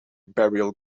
burial